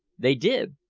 they did,